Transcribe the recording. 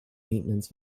maintenance